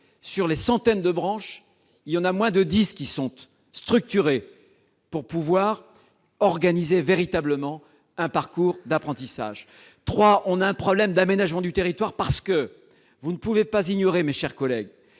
parmi les centaines de branches qui existent, moins de dix sont structurées pour pouvoir organiser véritablement un parcours d'apprentissage. Troisièmement, ce texte pose un problème d'aménagement du territoire. En effet, vous ne pouvez pas ignorer, mes chers collègues,